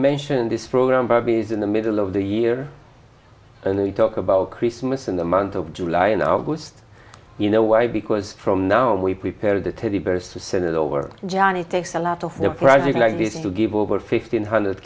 mentioned this program barbie's in the middle of the year and we talk about christmas in the month of july and august you know why because from now we prepare the teddy bears to send it over johnny takes a lot of the projects like this to give over fifteen hundred